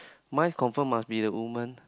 mine confirm must be a woman